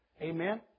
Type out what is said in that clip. Amen